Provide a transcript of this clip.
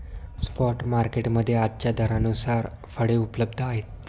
spot market मध्ये आजच्या दरानुसार फळे उपलब्ध आहेत